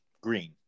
green